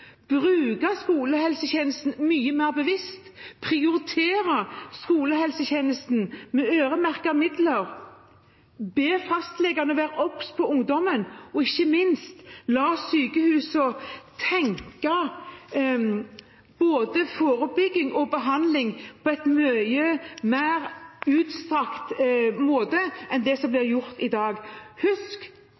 bruke skolehelsetjenesten mye mer bevisst, prioritere skolehelsetjenesten med øremerkede midler, be fastlegene være obs på ungdommen og ikke minst la sykehusene tenke både forebygging og behandling på en mye mer utstrakt måte enn det som blir gjort i dag. Husk